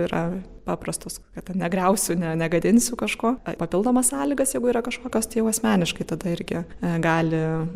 yra paprastos kad negriausiu ne negadinsiu kažko papildomas sąlygas jeigu yra kažkokios tai jau asmeniškai tada irgi gali